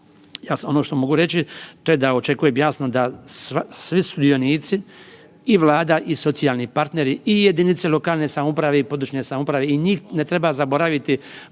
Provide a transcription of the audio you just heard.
ono što mogu reći da očekujem jasno da svi sudionici i Vlada i socijalni partneri i jedinice lokalne samouprave i područne samouprave i njih ne treba zaboraviti u ovoj